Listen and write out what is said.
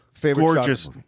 gorgeous